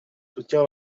soutenir